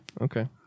okay